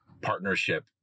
partnership